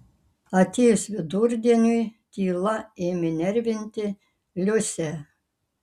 atėjus vidurdieniui tyla ėmė nervinti liusę